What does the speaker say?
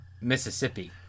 Mississippi